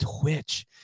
Twitch